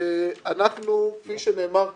אנחנו, כפי שנאמר כאן,